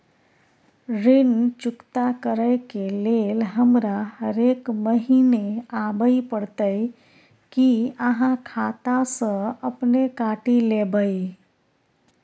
ऋण चुकता करै के लेल हमरा हरेक महीने आबै परतै कि आहाँ खाता स अपने काटि लेबै?